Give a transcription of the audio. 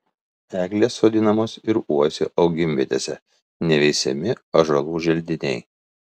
eglės sodinamos ir uosių augimvietėse neveisiami ąžuolų želdiniai